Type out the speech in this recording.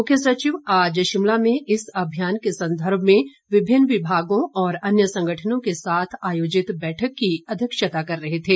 मुख्य सचिव आज शिमला में इस अभियान के संदर्भ में विभिन्न विभागों और अन्य संगठनों के साथ आयोजित बैठक की अध्यक्षता कर रहे थे